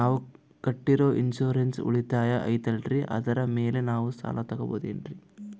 ನಾವು ಕಟ್ಟಿರೋ ಇನ್ಸೂರೆನ್ಸ್ ಉಳಿತಾಯ ಐತಾಲ್ರಿ ಅದರ ಮೇಲೆ ನಾವು ಸಾಲ ತಗೋಬಹುದೇನ್ರಿ?